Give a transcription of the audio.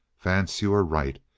vance, you are right.